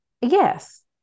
yes